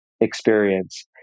experience